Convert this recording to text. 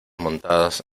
montadas